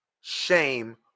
Shame